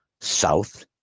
south